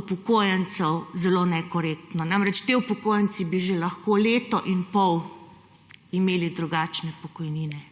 upokojencev zelo nekorektno. Namreč ti upokojenci bi že lahko leto in pol imeli drugačne pokojnine.